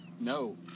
No